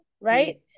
Right